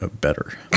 better